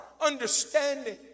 understanding